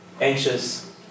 anxious